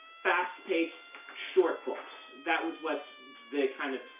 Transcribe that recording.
fast paced, short books. that was what they kind of,